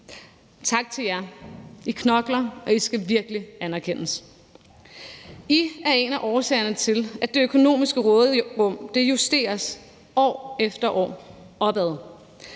Tak til jer, I knokler, og I skal virkelig anerkendes! I er en af årsagerne til, at det økonomiske råderum år efter år justeres opad.